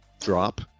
drop